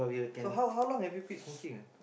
so how how long have you quit smoking ah